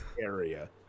area